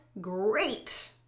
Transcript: great